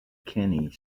kenny